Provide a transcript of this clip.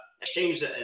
exchange